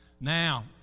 Now